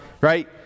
right